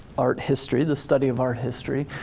art history, the study of art history,